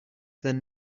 than